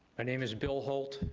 name is bill holt.